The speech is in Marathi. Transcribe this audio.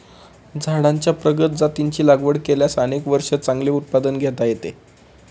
झाडांच्या प्रगत जातींची लागवड केल्यास अनेक वर्षे चांगले उत्पादन घेता येते